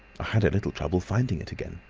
i had a little trouble finding it again.